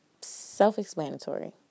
self-explanatory